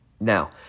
Now